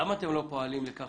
למה אתם לא פועלים לכך